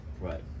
right